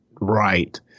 right